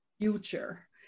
future